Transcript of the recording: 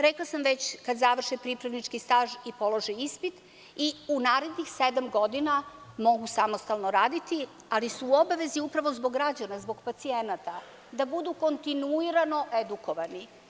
Rekla sam već kada završe pripravnički staži polože ispit i u narednih sedam godina mogu samostalno raditi, ali su u obavezi upravo zbog građana, zbog pacijenata da budu kontinuirano edukovani.